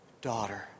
daughter